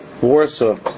Warsaw